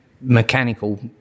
mechanical